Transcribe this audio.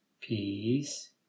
Peace